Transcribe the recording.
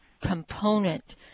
component